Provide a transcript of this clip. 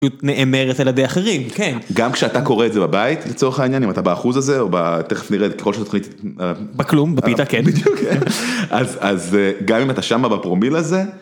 נאמרת על ידי אחרים, כן. גם כשאתה קורא את זה בבית לצורך העניין, אם אתה באחוז הזה או ב...תכף נראה כלשהו... בכלום, בפיתה, כן... בדיוק...אז, אז, גם אם אתה שם בפרומיל הזה.